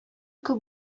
күп